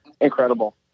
incredible